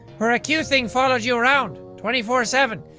where a cute thing followed you around, twenty four seven,